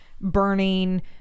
burning